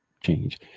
change